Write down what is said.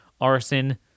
arson